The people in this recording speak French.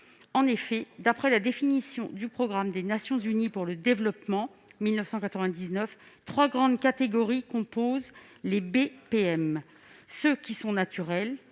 En effet, d'après la définition du programme des Nations unies pour le développement de 1999, trois grandes catégories composent les BPM : ceux qui sont naturels,